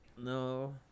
No